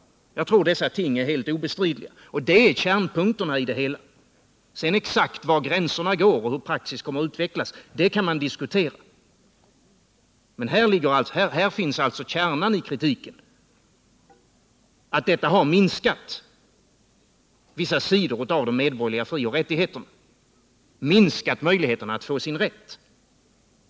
Jag tror att dessa förhållanden är helt obestridliga, och detta utgör kärnpunkten i kritiken. Sedan kan man diskutera var gränserna går exakt och hur praxis kommer att utvecklas, men kärnan i kritiken ligger i att vissa sidor av de medborgerliga frioch rättigheterna har minskat.